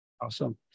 Awesome